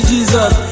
Jesus